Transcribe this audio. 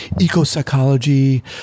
eco-psychology